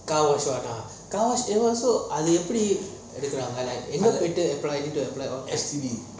car washer know car washer then also அது எப்பிடி எடுக்குறாங்க எங்க போயிடு:athu epidi yeadukuranga enga poitu we need to apply